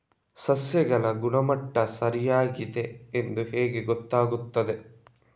ಸಸ್ಯಗಳ ಗುಣಮಟ್ಟ ಸರಿಯಾಗಿ ಇದೆ ಎಂದು ಹೇಗೆ ಗೊತ್ತು ಆಗುತ್ತದೆ?